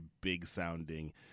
big-sounding